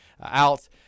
out